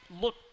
look